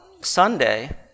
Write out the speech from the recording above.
Sunday